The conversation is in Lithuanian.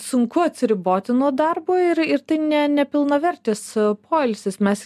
sunku atsiriboti nuo darbo ir ir ne nepilnavertis poilsis mes